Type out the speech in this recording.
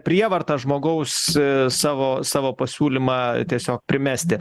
prievartą žmogaus savo savo pasiūlymą tiesiog primesti